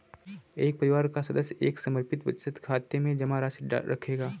एक परिवार का सदस्य एक समर्पित बचत खाते में जमा राशि रखेगा